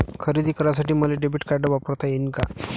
खरेदी करासाठी मले डेबिट कार्ड वापरता येईन का?